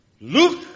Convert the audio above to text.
look